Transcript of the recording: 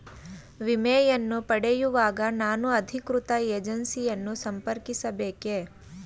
ವಿಮೆಯನ್ನು ಪಡೆಯುವಾಗ ನಾನು ಅಧಿಕೃತ ಏಜೆನ್ಸಿ ಯನ್ನು ಸಂಪರ್ಕಿಸ ಬೇಕೇ?